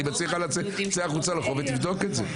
אני מציע לך, צא החוצה לרחוב ותבדוק את זה.